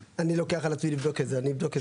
אני לוקח על עצמי לבדוק את זה, אני אבדוק את זה.